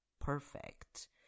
perfect